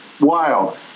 Wild